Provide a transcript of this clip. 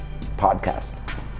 podcast